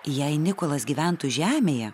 jei nikolas gyventų žemėje